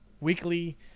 weekly